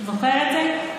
זוכר את זה?